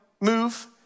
move